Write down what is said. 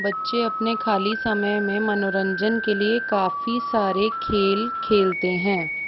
बच्चे अपने खाली समय में मनोरंजन के लिए काफी सारे खेल खेलते हैं